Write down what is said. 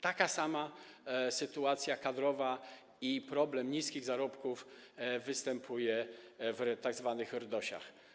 Taka sama sytuacja kadrowa i problem niskich zarobków występują w tzw. RDOŚ.